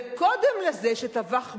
וקודם לזה שטבח בעמו,